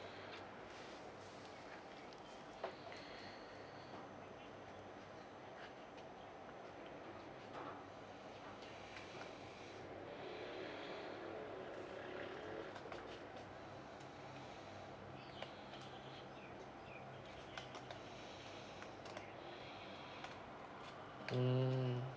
mm